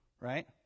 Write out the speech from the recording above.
Right